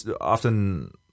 often